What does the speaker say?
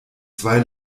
zwei